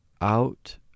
out